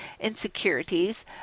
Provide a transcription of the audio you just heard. insecurities